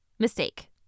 Mistake